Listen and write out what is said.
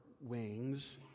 wings